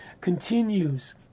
continues